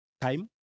Time